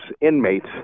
inmates